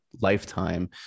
lifetime